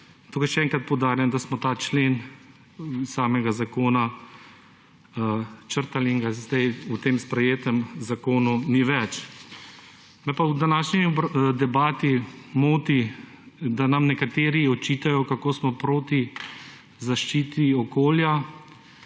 Tukaj še enkrat poudarjam, da smo ta člen samega zakona črtali in ga zdaj v tem sprejetem zakonu ni več. Me pa v današnji debati moti, da nam nekateri očitajo, kako smo proti zaščiti okolja